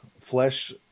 flesh